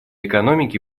экономики